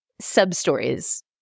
sub-stories